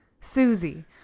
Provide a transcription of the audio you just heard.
Susie